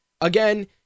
Again